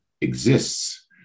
exists